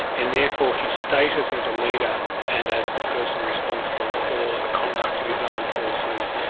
and therefore his status as a leader, and as the person responsible for the conduct of his armed forces,